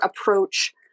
approach